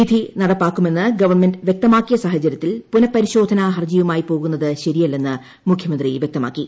വിധി നടപ്പാക്കുമെന്ന് ഗവൺമെന്റ് വ്യക്തമാക്കിയ സാഹചര്യത്തിൽ പുനഃപരിശോധന ഹർജിയുമായി പോകുന്നത് ശരിയല്ലെന്ന് മുഖ്യമന്ത്രി വ്യക്തമാക്കി